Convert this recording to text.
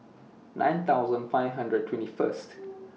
nine thousand five hundred twenty First